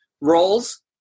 roles